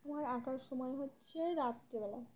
আমার আঁকার সময় হচ্ছে রাত্রিবেলা